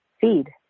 feed